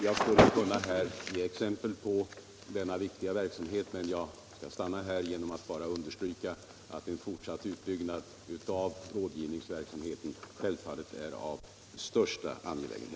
Jag skulle kunna ge exempel på denna viktiga verksamhet, men jag nöjer mig med att här bara understryka att en fortsatt utbyggnad av rådgivningsverksamheten självfallet är högst angelägen.